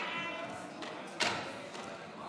חוק הגנת הצרכן (תיקון מס' 61),